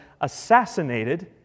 assassinated